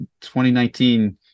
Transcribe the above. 2019